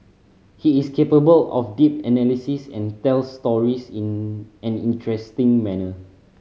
he is capable of deep analysis and tells stories in an interesting manner